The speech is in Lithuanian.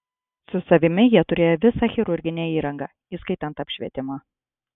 su savimi jie turėjo visą chirurginę įrangą įskaitant apšvietimą